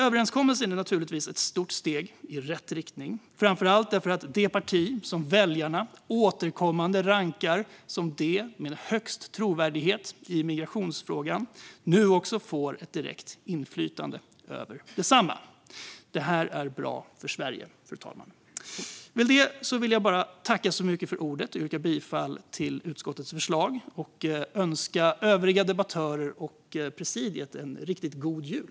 Överenskommelsen är naturligtvis ett stort steg i rätt riktning, framför allt därför att det parti som väljarna återkommande rankar som det med högst trovärdighet i migrationsfrågan nu också får direkt inflytande över densamma. Det här, fru talman, är bra för Sverige. Med detta vill jag tacka så mycket för ordet, yrka bifall till utskottets förslag och önska övriga debattörer och presidiet en riktigt god jul.